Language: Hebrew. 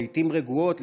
לעיתים רגועות,